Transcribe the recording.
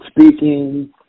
speaking